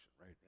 right